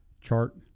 chart